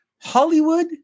Hollywood